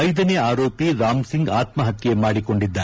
ಐದನೇ ಆರೋಪಿ ರಾಮಸಿಂಗ್ ಆತ್ತಹತ್ನೆ ಮಾಡಿಕೊಂಡಿದ್ದ